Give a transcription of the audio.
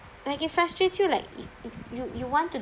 like it frustrates you like you you want to